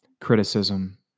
criticism